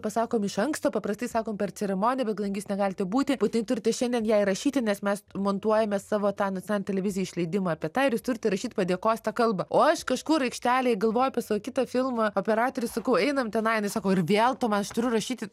pasakom iš anksto paprastai sakom per ceremoniją bet kadangi jūs negalite būti būtinai turite šiandien ją įrašyti nes mes montuojame savo tą nacionalinei televizijai išleidimą apie tą ir jūs turit įrašyt padėkos tą kalbą o aš kažkur aikštelėj galvoju apie savo kitą filmą operatorei sakau einam tenai jinai sako ir vėl tu man aš turiu rašyti